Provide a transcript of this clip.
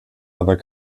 aber